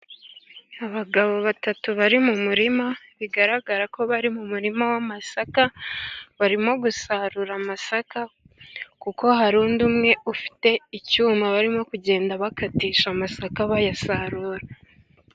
Abagabo batatu bari mu murima, bigaragara ko bari mu murima w'amasaka ,barimo gusarura amasaka ,kuko hari undi umwe ufite icyuma ,barimo kugenda bakatisha amasaka bayasarura.